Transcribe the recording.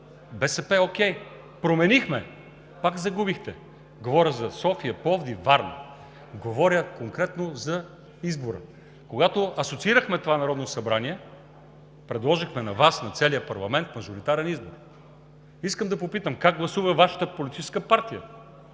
БСП – окей. Променихме и пак загубихте – говоря за София, Пловдив, Варна, говоря конкретно за избора. Когато асоциирахме това Народно събрание, предложихме на Вас, на целия парламент мажоритарен избор. Искам да попитам: как гласува Вашата политическа партия?